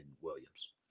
Williams